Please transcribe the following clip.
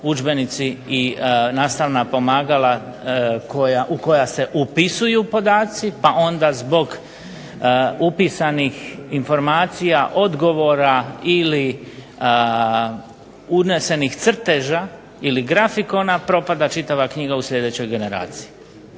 udžbenici i nastavna pomagala u koja se upisuju podaci, pa onda zbog upisanih informacija, odgovora ili unesenih crteža ili grafikona propada čitava knjiga u sljedećoj generaciji.